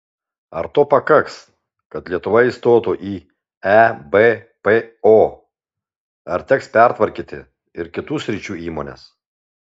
ar to pakaks kad lietuva įstotų į ebpo ar teks pertvarkyti ir kitų sričių įmones